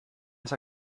esa